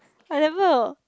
I never